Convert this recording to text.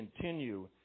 continue